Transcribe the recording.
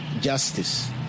justice